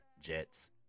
Jets